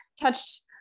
touched